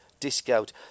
Discount